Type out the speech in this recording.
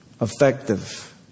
effective